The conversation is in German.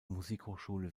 musikhochschule